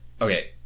Okay